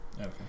Okay